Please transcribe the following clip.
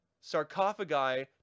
sarcophagi